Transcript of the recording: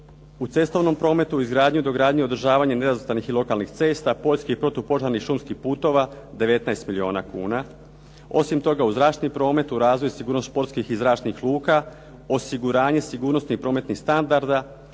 U cestovnom prometu, izgradnji, dogradnji, održavanju …/Govornik se ne razumije./… i lokalnih cesta poljski i protupožarni šumskih putova 19 milijuna kuna. Osim toga u zračnom prometu, u razvoj, sigurnost …/Govornik se ne razumije./… i zračnih luka osiguranje sigurnosnih prometnih standarda,